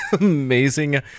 amazing